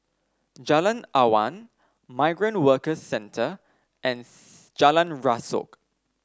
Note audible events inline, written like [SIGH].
Jalan Awan Migrant Workers Centre and [UNINTELLIGIBLE] Jalan Rasok